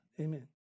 Amen